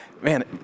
man